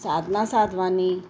Sadhana Sadhwani